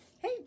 Hey